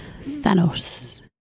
Thanos